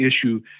issue